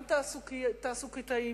גם תעסוקתיות,